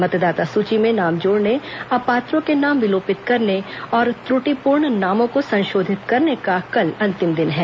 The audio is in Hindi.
मतदाता सूची में नाम जोड़ने अपात्रों के नाम विलोपित करने और त्रुटिपूर्ण नामों को संशोधित करने का कल अंतिम दिन है